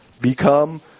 become